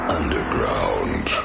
underground